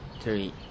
three